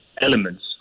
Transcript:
elements